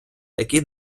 які